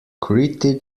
critic